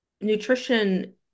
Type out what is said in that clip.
nutrition